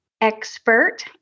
expert